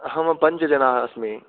अहं पञ्च जनाः अस्मि